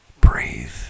breathe